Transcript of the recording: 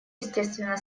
естественно